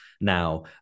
now